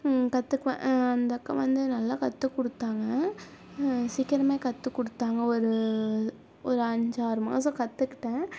கற்றுக்குவேன் அந்த அக்கா வந்து நல்லா கற்றுக் கொடுத்தாங்க சீக்கிரமே கற்றுக் கொடுத்தாங்க ஒரு ஒரு அஞ்சு ஆறு மாசம் கற்றுக்கிட்டேன்